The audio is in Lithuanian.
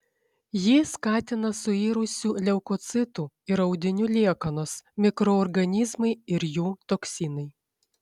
jį skatina suirusių leukocitų ir audinių liekanos mikroorganizmai ir jų toksinai